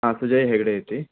हा सुजयहेगडे इति